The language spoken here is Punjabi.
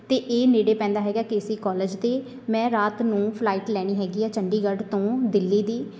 ਅਤੇ ਇਹ ਨੇੜੇ ਪੈਂਦਾ ਹੈਗਾ ਕੇਸੀ ਕੋਲਜ ਦੇ ਮੈਂ ਰਾਤ ਨੂੰ ਫਲਾਈਟ ਲੈਣੀ ਹੈਗੀ ਆ ਚੰਡੀਗੜ੍ਹ ਤੋਂ ਦਿੱਲੀ ਦੀ